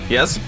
Yes